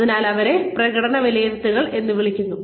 അതിനാൽ അതിനെ പ്രകടന വിലയിരുത്തൽ എന്ന് വിളിക്കുന്നു